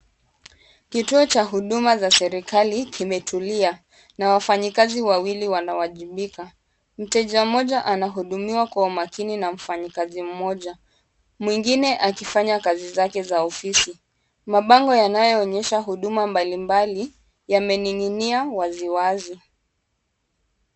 Kituo cha huduma za serikali kimetulia na wafanyikazi wawili wanawajibika. Mteja mmoja anahudumiwa kwa umakini na mfanyikazi mmoja mwingine akifanya kazi zake za ofisi. Mabango yanayoonyesha huduma mbalimbali yamening'inia waziwazi.